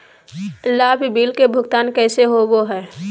लाभ बिल के भुगतान कैसे होबो हैं?